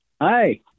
Hi